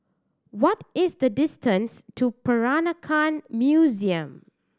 what is the distance to Peranakan Museum